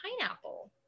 pineapple